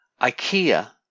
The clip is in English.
IKEA